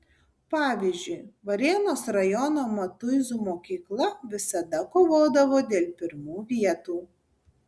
pavyzdžiui varėnos rajono matuizų mokykla visada kovodavo dėl pirmų vietų